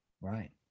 Right